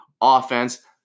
offense